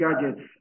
gadgets